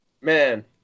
Man